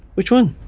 which one?